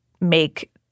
make